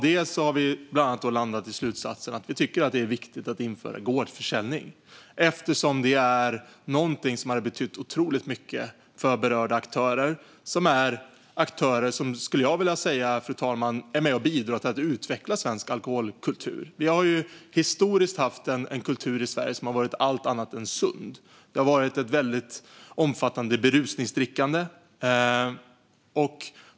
Därför har Moderaterna landat i slutsatsen att det är viktigt att införa gårdsförsäljning eftersom det är någonting som skulle betyda otroligt mycket för berörda aktörer. Jag skulle vilja säga att dessa aktörer, fru talman, är med och bidrar till att utveckla svensk alkoholkultur. Vi har historiskt haft en kultur i Sverige som har varit allt annat än sund. Det har förekommit ett väldigt omfattande berusningsdrickande.